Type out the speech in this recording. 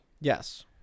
Yes